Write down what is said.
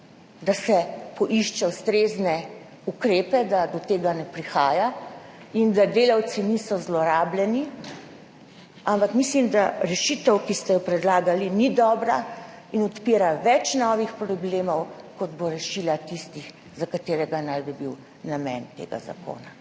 da se poišče ustrezne ukrepe, da do tega ne prihaja in da delavci niso zlorabljeni, ampak mislim, da rešitev, ki ste jo predlagali, ni dobra in odpira več novih problemov, kot bo rešila tistih, ki naj bi jim bil ta zakon